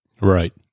Right